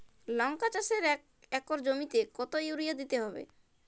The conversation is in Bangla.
লংকা চাষে এক একর জমিতে কতো ইউরিয়া দিতে হবে?